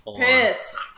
Piss